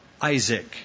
Isaac